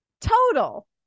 total